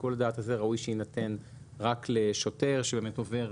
שיקול הדעת הזה ראוי שיינתן רק לשוטר שבאמת עובר